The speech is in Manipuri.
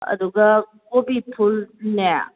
ꯑꯗꯨꯒ ꯀꯣꯕꯤ ꯐꯨꯜꯅꯦ